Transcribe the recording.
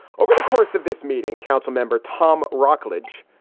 over the course of this meeting, council member tom rockledge,